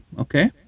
okay